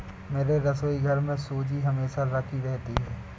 मेरे रसोईघर में सूजी हमेशा राखी रहती है